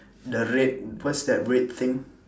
the red what's that red thing